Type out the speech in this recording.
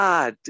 God